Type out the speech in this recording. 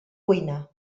cuina